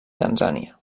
tanzània